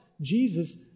Jesus